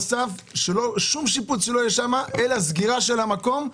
שלא יהיה שם שום שיפוץ אלא סגירה של המקום,